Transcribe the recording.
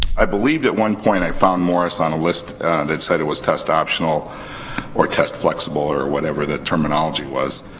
i believed, at one point, i found morris on a list that said it was test optional or test flexible or whatever the terminology was.